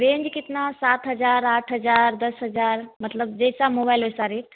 range कितना सात हज़ार आठ हज़ार दस हज़ार मतलब जैसा मोबाइल वैसा रेट